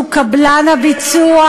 שהוא קבלן הביצוע